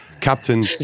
Captain